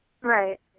Right